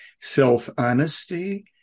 self-honesty